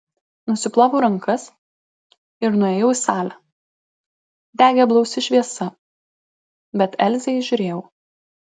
nusiploviau rankas ir nuėjau į salę degė blausi šviesa bet elzę įžiūrėjau